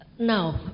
Now